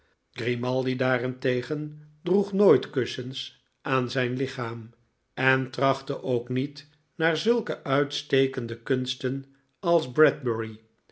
grimaldi daarentegen droeg nooit kussens aan zijn lichaam en trachtte ook niet naar zulke uitstekende kunsten als